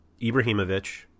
Ibrahimovic